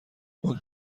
اون